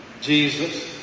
Jesus